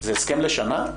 זה הסכם לשנה?